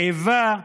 האיבה,